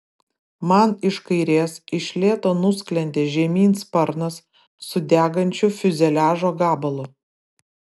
man iš kairės iš lėto nusklendė žemyn sparnas su degančiu fiuzeliažo gabalu